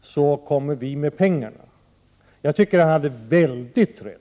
så kommer vi med pengarna! — Jag tycker att han hade helt rätt.